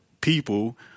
people